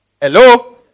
Hello